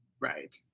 right